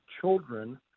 children